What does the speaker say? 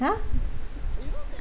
!huh!